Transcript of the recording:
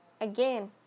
again